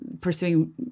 pursuing